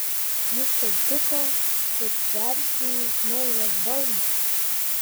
jis tau tiko kaip veršiui naujas balnas